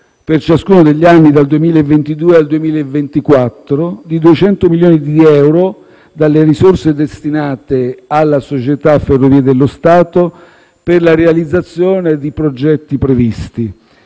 per ciascuno degli anni dal 2022 al 2024, di 200 milioni di euro delle risorse destinate alla società Ferrovie dello Stato per la realizzazione di progetti previsti.